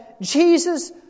Jesus